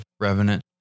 Revenant